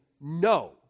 no